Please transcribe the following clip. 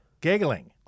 giggling